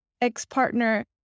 ex-partner